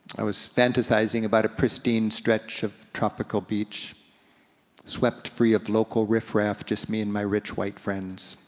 i was fantasizing about a pristine stretch of tropical beach swept free of local riffraff, just me and my rich white friends.